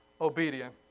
obedient